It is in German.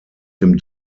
dem